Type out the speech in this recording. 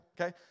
Okay